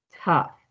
tough